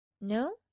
No